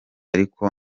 ariko